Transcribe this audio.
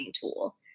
tool